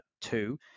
Two